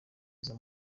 izo